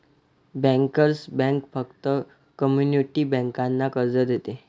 bankers bank फक्त community बँकांना कर्ज देते